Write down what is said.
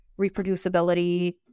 reproducibility